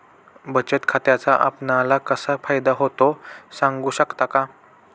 बचत खात्याचा आपणाला कसा फायदा होतो? सांगू शकता का?